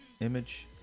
image